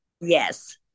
Yes